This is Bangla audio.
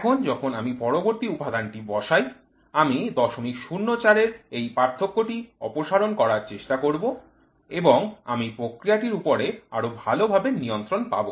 এখন যখন আমি পরবর্তী উপাদানটি বসাই আমি ০০৪ এর এই পার্থক্যটি অপসারণ করার চেষ্টা করব এবং আমি প্রক্রিয়াটির উপর আরও ভাল নিয়ন্ত্রণ পাব